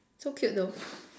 so cute though